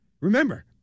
remember